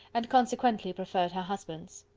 and consequently preferred her husband's.